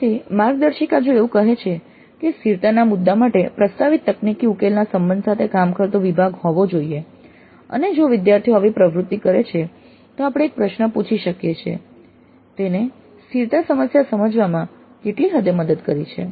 ફરીથી માર્ગદર્શિકા જો એવું કહે છે કે સ્થિરતાના મુદ્દા માટે પ્રસ્તાવિત તકનીકી ઉકેલના સંબંધ સાથે કામ કરતો વિભાગ હોવો જોઈએ અને જો વિદ્યાર્થીઓ આવી પ્રવૃત્તિ કરે છે તો આપણે એક પ્રશ્ન પૂછી શકીએ છીએ તેને સ્થિરતા સમસ્યા સમજવામાં કેટલી હદે મદદ કરી છે